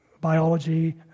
biology